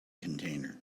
container